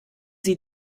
sie